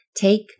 Take